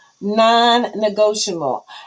non-negotiable